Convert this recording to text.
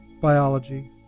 biology